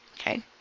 Okay